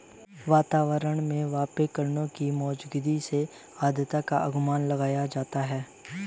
वातावरण में वाष्पकणों की मौजूदगी से आद्रता का अनुमान लगाया जाता है